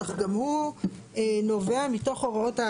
אך גם הוא נובע מתוך הוראות,